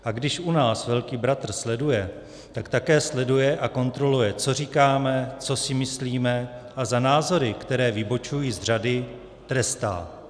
A když už nás velký bratr sleduje, tak také sleduje a kontroluje, co říkáme, co si myslíme, a za názory, které vybočují z řady, trestá.